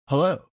Hello